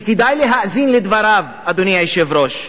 וכדאי להאזין לדבריו, אדוני היושב-ראש.